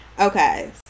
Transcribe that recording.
okay